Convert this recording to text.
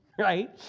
Right